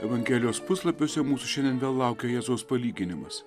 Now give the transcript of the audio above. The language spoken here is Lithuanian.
evangelijos puslapiuose mūsų šiandien belaukia jėzaus palyginimas